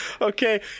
Okay